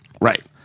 Right